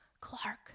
Clark